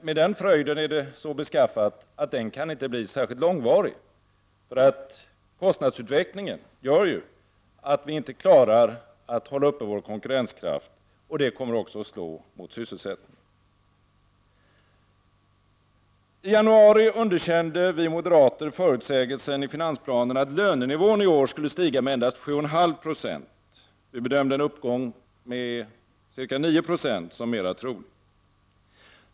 Med den fröjden är det så beskaffat att den inte kan bli särskilt långvarig. Kostnadsutvecklingen medför att vi inte klarar att hålla uppe vår konkurrenskraft, och det kommer också att slå mot sysselsättningen. I januari underkände vi moderater förutsägelsen i finansplanen att lönenivån i år skulle stiga med endast 7,5 90, och vi bedömde en uppgång med ca 9 20 som mera trolig.